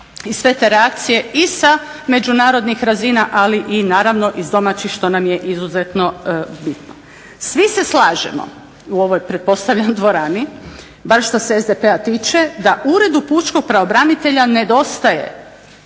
i sve te reakcije i sa međunarodnih razina, ali i naravno iz domaćih što nam je izuzetno bitno. Svi se slažemo u ovoj pretpostavljam dvorani, bar što se SDP-a tiče da uredu pučkog pravobranitelja nedostaje